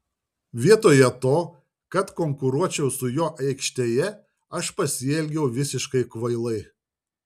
vietoje to kad konkuruočiau su juo aikštėje aš pasielgiau visiškai kvailai